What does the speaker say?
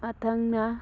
ꯃꯊꯪꯅ